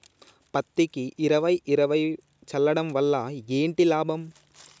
పత్తికి ఇరవై ఇరవై చల్లడం వల్ల ఏంటి లాభం?